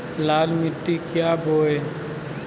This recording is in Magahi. लाल मिट्टी क्या बोए?